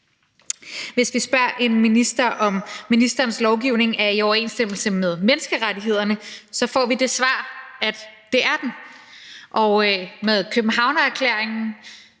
Hvis vi spørger en minister, om ministerens lovgivning er i overensstemmelse med menneskerettighederne, får vi det svar, at det er den. Og med Københavnererklæringen,